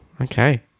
Okay